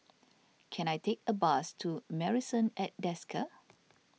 can I take a bus to Marrison at Desker